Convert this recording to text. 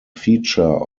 feature